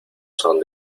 son